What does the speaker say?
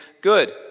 good